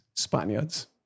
spaniards